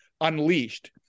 unleashed